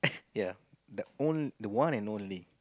yea the on~ the one and only